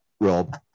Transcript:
Rob